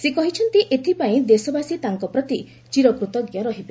ସେ କହିଛନ୍ତି ଏଥିପାଇଁ ଦେଶବାସୀ ତାଙ୍କ ପ୍ରତି ଚିରକୃତଜ୍ଞ ରହିବେ